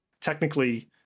technically